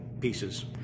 pieces